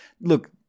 look